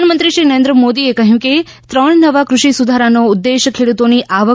પ્રધાનમંત્રીશ્રી નરેન્ મોદીએ કહ્યું કે ત્રણ નવા કૃષિ સુધારાનો ઉદેશ ખેડૂતોની આવક